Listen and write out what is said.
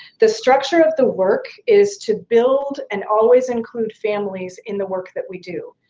the structure of the work is to build and always include families in the work that we do.